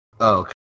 Okay